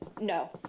no